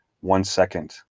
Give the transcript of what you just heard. one-second